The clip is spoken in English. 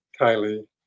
kylie